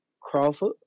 Crawford